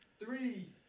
Three